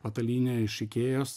patalynę iš ikėjos